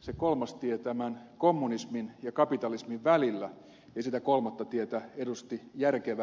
se kolmas tie tämän kommunismin ja kapitalismin välillä ja sitä kolmatta tietä edusti järkevä sosialidemokratia